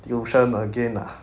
tuition again ah